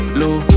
low